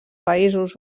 països